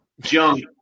junk